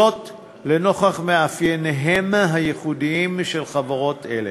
זאת לנוכח מאפייניהן הייחודיים של חברות אלה,